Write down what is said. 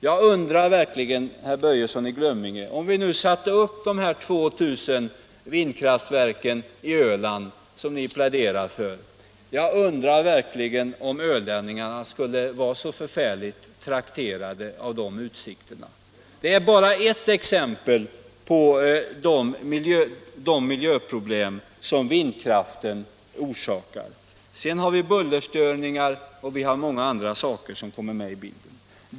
Jag undrar verkligen, herr Börjesson, om ölänning arna är så förfärligt trakterade inför utsikten att man skulle sätta upp - Nr 107 de 2000 vindkraftverk som ni pläderar för. Torsdagen den Det är bara ett exempel på de miljöproblem som vindkraften orsakar. 14 april 1977 Sedan har vi bullerstörningar och många andra saker som kommer med Il i bilden.